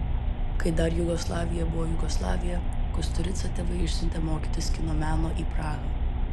kai dar jugoslavija buvo jugoslavija kusturicą tėvai išsiuntė mokytis kino meno į prahą